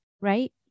right